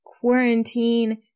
quarantine